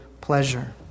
pleasure